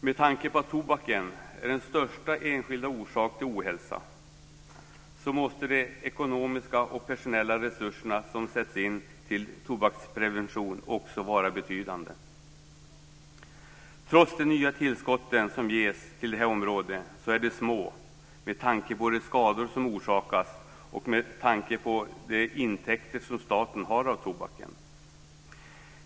Med tanke på att tobaken är den största enskilda orsaken till ohälsa måste de ekonomiska och personella resurser som sätts in när det gäller tobaksprevention också vara betydande. Trots de nya tillskott som ges till detta område finns det lite pengar med tanke på de skador som orsakas och med tanke på de intäkter som staten har av tobaken.